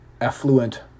affluent